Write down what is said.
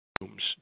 rooms